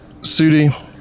Sudi